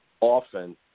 often